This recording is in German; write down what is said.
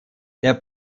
der